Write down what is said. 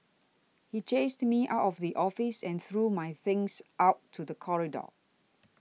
he chased me out of the office and threw my things out to the corridor